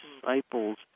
disciples